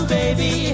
baby